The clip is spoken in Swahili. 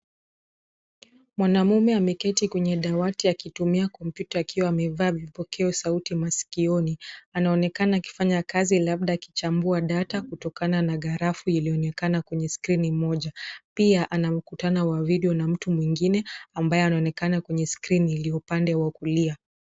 Mwanaume ameketi kwenye dawati, akitumia kompyuta akiwa amevaa vipokea sauti masikioni, anaonekana akifanya kazi, labda akichambua data, kutokana na grafu iliyoonekana kwenye skrini moja. Pia, ana mkutano wa video na mtu mwingine, ambaye anaonekana kwenye skrini ilio pande wa kulia.